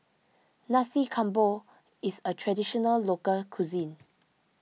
Nasi Campur is a Traditional Local Cuisine